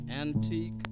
antique